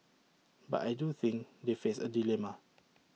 but I do think they face A dilemma